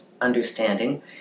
understanding